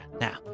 Now